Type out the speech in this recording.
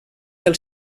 del